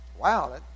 wow